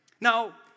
Now